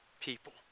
people